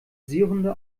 seehunde